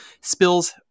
spills